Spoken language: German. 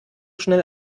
schnell